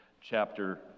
chapter